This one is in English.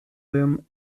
them